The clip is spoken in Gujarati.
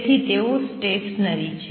તેથી તેઓ સ્ટેશનરી છે